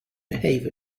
behave